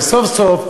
וסוף-סוף,